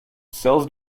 cells